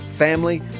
Family